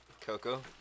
Coco